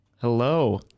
Hello